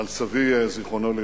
על סבי ז"ל.